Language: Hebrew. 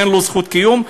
אין לו זכות קיום.